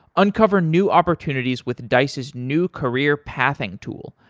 uncover new opportunities with dice's new career pathing tool,